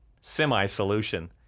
semi-solution